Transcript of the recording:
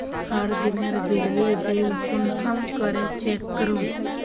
हर दिनेर बिजली बिल कुंसम करे चेक करूम?